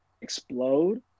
explode